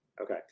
okay